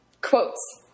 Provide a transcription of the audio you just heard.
Quotes